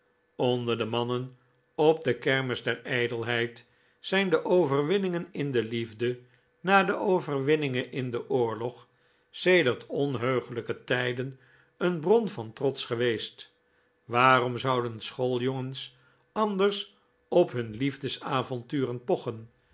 onder de mannen op de kermis der ijdelheid zijn de overwinningen in de liefde na de overwinningen in den oorlog sedert onheugelijke tijden een bron van trots geweest waarom zouden schooljongens anders op hun liefdesavonturen pochen